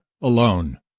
alone